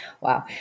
Wow